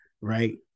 Right